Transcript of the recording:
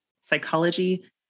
psychology